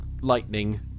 lightning